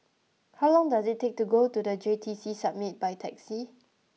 how long does it take to get to the J T C Summit by taxi